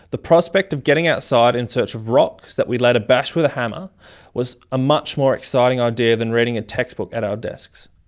the prospect of getting outside in search of rocks that we'd later bash with a hammer was a much more exciting idea than reading a textbook at our desks.